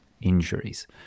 injuries